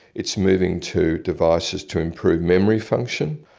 it's moving to devices to improve memory function,